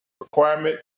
requirement